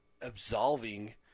absolving